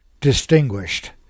distinguished